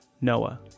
Noah